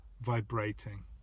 vibrating